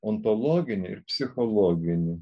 ontologinį ir psichologinį